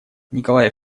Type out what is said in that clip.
николай